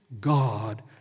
God